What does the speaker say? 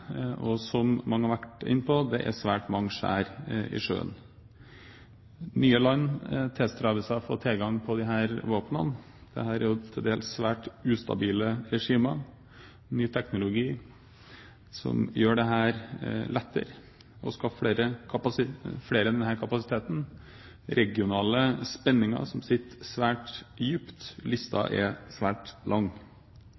Som mange har vært inne på, er det svært mange skjær i sjøen. Nye land tilstreber seg på å få tilgang til disse våpnene – dette er jo til dels svært ustabile regimer – ny teknologi gjør det lettere å skaffe flere denne kapasiteten, regionale spenninger sitter svært dypt